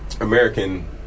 american